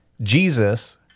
Jesus